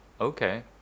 Okay